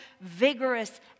vigorous